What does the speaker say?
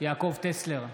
יעקב טסלר,